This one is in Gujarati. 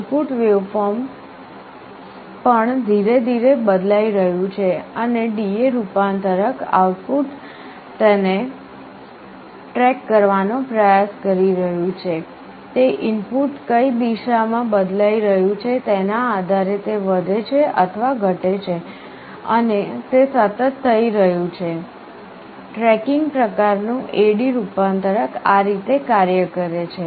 ઇનપુટ વેવફોર્મ પણ ધીરે ધીરે બદલાઈ રહ્યું છે અને DA રૂપાંતરક આઉટપુટ તેને ટ્રેક કરવાનો પ્રયાસ કરી રહ્યું છે તે ઇનપુટ કઈ દિશા માં બદલાઇ રહ્યું છે તેના આધારે તે વધે અથવા ઘટે છે અને તે સતત થઈ રહ્યું છે ટ્રેકિંગ પ્રકાર નું AD રૂપાંતરક આ રીતે કાર્ય કરે છે